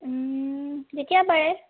যেতিয়া পাৰে